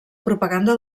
propaganda